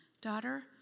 Daughter